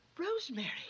Rosemary